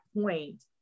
point